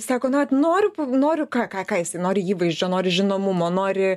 sako nu vat noriu noriu kąką ką jisai nori įvaizdžio nori žinomumo nori